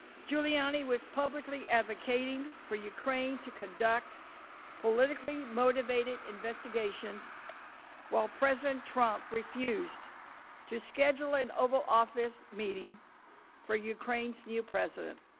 giuliani was publicly advocating for ukraine to conduct politically motivated investigations while president trump refused to schedule an oval office meeting for ukraine's new president.